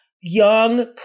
young